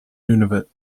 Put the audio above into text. nunavut